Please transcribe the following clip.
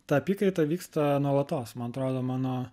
ta apykaita vyksta nuolatos man atrodo mano